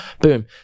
Boom